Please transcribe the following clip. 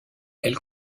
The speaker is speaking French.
elle